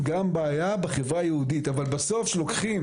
יש גם בעיה בחברה היהודית אבל בסוף כשלוקחים